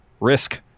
risk